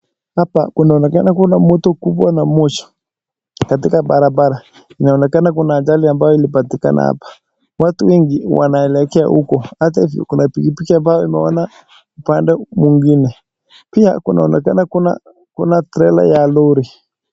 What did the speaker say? Hapa kunaonekana kuna moto kubwa na moshi. Katika barabara inaonekana kuna ajali ambayo ilipatikana hapa. Watu wengi wanaelekea uko ata kuna pikipiki ambayo imeona upande mwingine. Pia kunaonekana kuna trela ya lori.